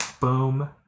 Boom